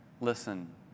listen